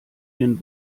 den